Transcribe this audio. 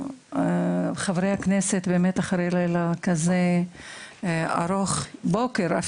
תודה לחברי הכנסת שהגיעו באמת אחרי לילה כזה ארוך ואפילו בוקר,